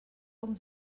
com